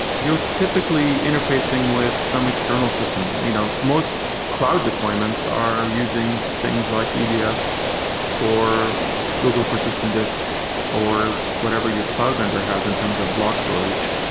you're typically interfacing with some external system. you know most cloud deployments are using things like ebs or google persistent disk or whatever your cloud vendor has in terms of block storage,